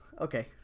okay